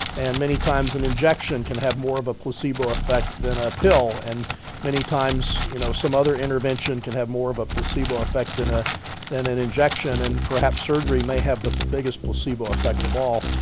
and many times an and injection can have more of a placebo effect than a pill, and many times, you know, some other intervention can have more of a placebo effect than ah than an injection. and perhaps surgery may have the biggest placebo effect of all